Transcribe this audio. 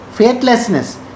Faithlessness